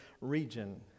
region